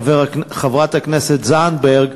חברת הכנסת זנדברג,